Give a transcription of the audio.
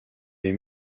les